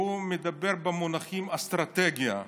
והוא מדבר במונחים של אסטרטגיה.